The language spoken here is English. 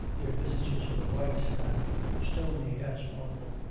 their visages were white and stony as marble,